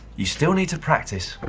you still need to practice. but